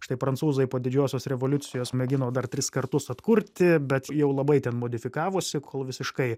štai prancūzai po didžiosios revoliucijos mėgino dar tris kartus atkurti bet jau labai ten modifikavosi kol visiškai